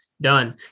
done